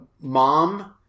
mom